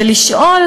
ולשאול: